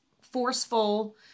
forceful